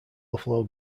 buffalo